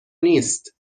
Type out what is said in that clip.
نیست